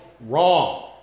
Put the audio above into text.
wrong